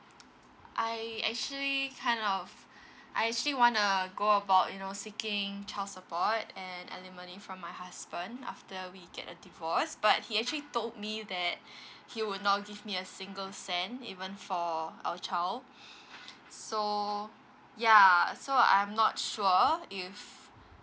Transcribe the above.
I actually kind of I actually wanna go about you know seeking child support and alimony from my husband after we get a divorce but he actually told me that he will not give me a single cent even for our child so ya so I'm not sure if